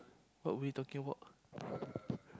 what we talking about